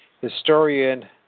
historian